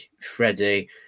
Freddie